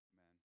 Amen